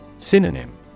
Synonym